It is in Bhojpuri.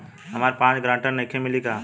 हमरा पास ग्रांटर नईखे ऋण मिली का?